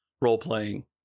role-playing